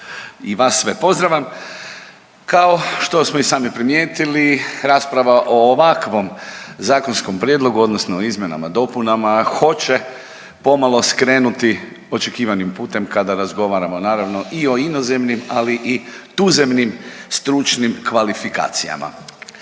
i vas sve pozdravljam. Kao što smo i sami primijetili rasprava o ovakvom zakonskom prijedlogu odnosno izmjenama, dopunama hoće pomalo skrenuti očekivanim putem kada razgovaramo naravno i o inozemnim, ali i tuzemnim stručnim kvalifikacija.